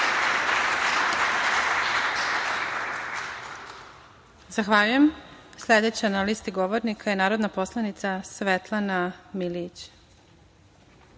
Zahvaljujem. Sledeća na slisti govornika je narodna poslanica Svetlana Milijić.